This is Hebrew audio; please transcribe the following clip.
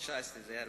מגברתי לאדוני.